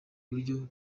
buryo